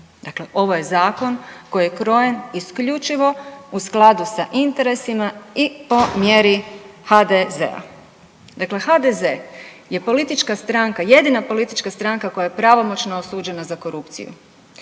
Dakle ovo je zakon koji je krojen isključivo u skladu sa interesima i po mjeri HDZ-a. Dakle, HDZ je politička stranka, jedina politička stranka koja je pravomoćno osuđena za korupciju.